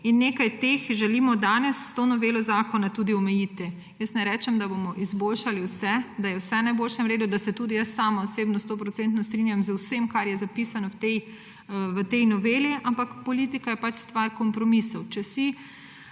in nekaj teh želimo danes s to novelo zakona tudi omejiti. Jaz ne rečem, da bomo izboljšali vse, da je vse v najboljšem redu, da se tudi jaz sama osebno stoodstotno strinjam z vsem, kar je zapisano v tej noveli, ampak politika je pač stvar kompromisov. Če si